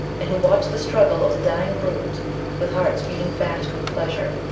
and who watch the struggle of the dying brute with hearts beating fast with pleasure,